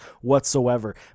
whatsoever